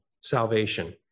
salvation